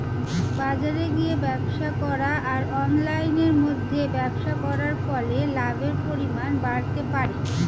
বাজারে গিয়ে ব্যবসা করা আর অনলাইনের মধ্যে ব্যবসা করার ফলে লাভের পরিমাণ বাড়তে পারে?